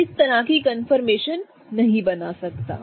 मैं इस तरह की कन्फर्मेशन नहीं बना सकता